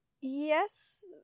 yes